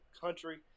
country